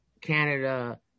Canada